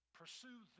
pursue